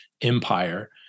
Empire